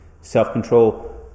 self-control